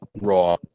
Raw